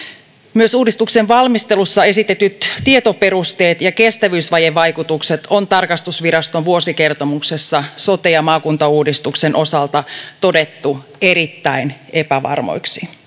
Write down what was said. myös uudistuksen valmistelussa esitetyt tietoperusteet ja kestävyysvajevaikutukset on tarkastusviraston vuosikertomuksessa sote ja maakuntauudistuksen osalta todettu erittäin epävarmoiksi